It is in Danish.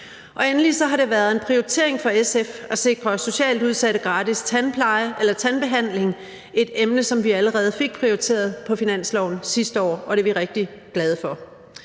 Endelig har det været en prioritering for SF at sikre socialt udsatte gratis tandpleje eller tandbehandling – et emne, som vi allerede fik prioriteret på finansloven sidste år, og det er vi rigtig glade for.